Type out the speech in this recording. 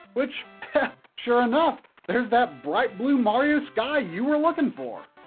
which, hey sure enough, there's that bright blue mario sky you were looking for.